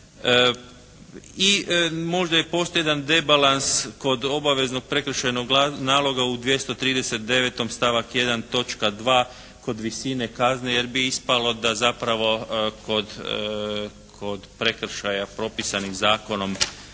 I možda još postoji jedan debalans kod obaveznog prekršajnog naloga u 239. stavak 1. točka 2. kod visine kazne, jer bi ispalo da zapravo kod prekršaja propisanim zakonom